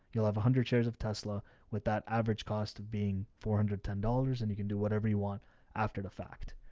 you'll have a hundred shares of tesla with that average cost of being four hundred and ten dollars. and you can do whatever you want after the fact.